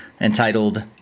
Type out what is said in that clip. entitled